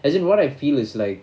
as in what I feel is like